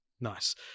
nice